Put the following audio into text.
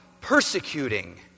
persecuting